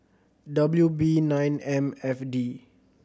W B nine M F D